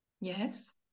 Yes